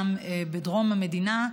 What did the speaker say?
גם בדרום המדינה,